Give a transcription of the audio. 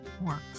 works